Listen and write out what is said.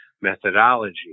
methodology